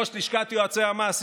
ראש לשכת יועצי המס.